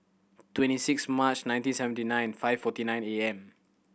twenty six March nineteen seventy nine five forty nine A M